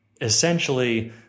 Essentially